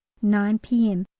nine p m,